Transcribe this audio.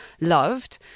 loved